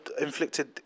inflicted